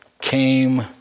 came